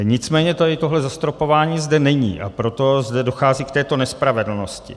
Nicméně tohle zastropování zde není, a proto zde dochází k této nespravedlnosti.